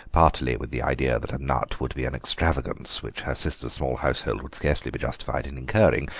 partly with the idea that a nut would be an extravagance which her sister's small household would scarcely be justified in incurring,